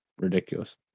Ridiculous